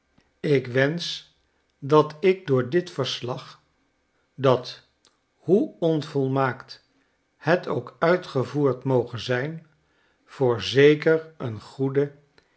ik wensch dat ik door dit verslag dat hoe onvolmaakt het ook uitgevoerd moge zyn voorzeker een goede